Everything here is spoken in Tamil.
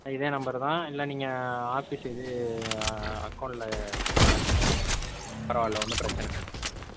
இதே நம்பரு தான் இல்லை நீங்கள் ஆஃபிஸ் இது அகௌண்ட்டில் பரவாயில்ல ஒன்றும் பிரச்சனை இல்லை